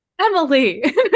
emily